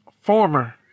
former